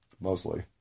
mostly